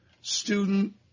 student